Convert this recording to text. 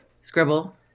scribble